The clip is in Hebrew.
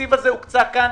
התקציב הזה הוקצה כאן